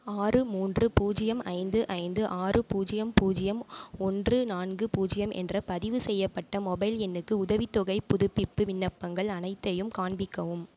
ஆறு மூன்று பூஜ்யம் ஐந்து ஐந்து ஆறு பூஜ்யம் பூஜ்யம் ஒன்று நான்கு பூஜ்யம் என்ற பதிவுசெய்யப்பட்ட மொபைல் எண்ணுக்கு உதவித்தொகைப் புதுப்பிப்பு விண்ணப்பங்கள் அனைத்தையும் காண்பிக்கவும்